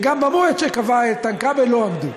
וגם במועד שקבע איתן כבל לא עמדו.